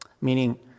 Meaning